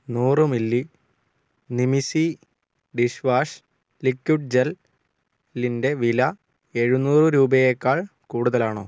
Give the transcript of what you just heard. നൂറ് മില്ലി നിമിസി dishwash liquid gel ലിന്റെ വില എഴുനൂറ് രൂപയേക്കാൾ കൂടുതലാണോ